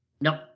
Nope